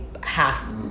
half